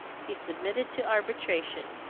he submitted to arbitration.